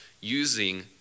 using